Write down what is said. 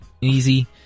easy